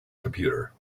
computer